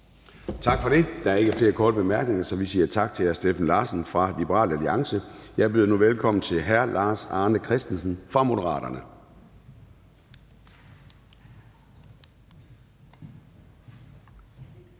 Tak for det. Der er ingen korte bemærkninger. Vi siger tak til hr. Steffen Larsen fra Liberal Alliance. Jeg byder nu velkommen til hr. Lars Arne Christensen fra Moderaterne.